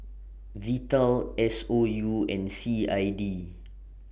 Vital S O U and C I D